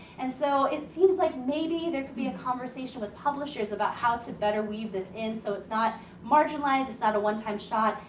and so, it seems like maybe there could be a conversation with publishers about how to better weave this in so it's not marginalized, it's not a one-time shot.